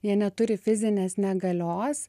jie neturi fizinės negalios